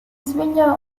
svegliò